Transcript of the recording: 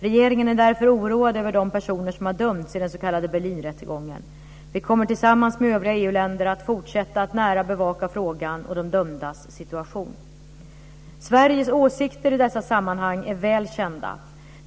Regeringen är därför oroad över de personer som har dömts i den s.k. Berlinrättegången. Vi kommer att tillsammans med övriga EU-länder att fortsätta att nära bevaka frågan och de dömdas situation. Sveriges åsikter i dessa sammanhang är väl kända.